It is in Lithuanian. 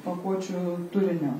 pakuočių turinio